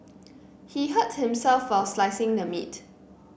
he hurt himself while slicing the meat